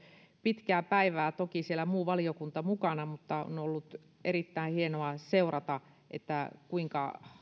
pitkää päivää toki siellä on muu valiokunta mukana mutta on ollut erittäin hienoa seurata kuinka